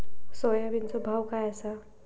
सोयाबीनचो भाव काय आसा?